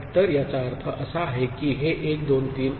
तर याचा अर्थ असा आहे की हे 1 2 3 आहे